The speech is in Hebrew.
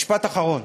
משפט אחרון.